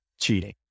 cheating